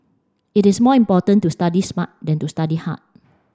it is more important to study smart than to study hard